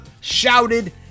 shouted